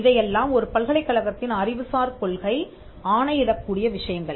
இதையெல்லாம் ஒரு பல்கலைக்கழகத்தின் அறிவுசார் கொள்கை ஆணையிடக் கூடிய விஷயங்கள்